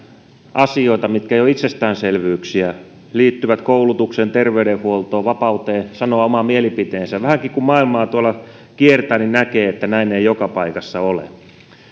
asioita mitkä eivät ole itsestäänselvyyksiä ne liittyvät koulutukseen terveydenhuoltoon vapauteen sanoa oma mielipiteensä ja vähänkin kun maailmaa tuolla kiertää näkee että näin ei joka paikassa ole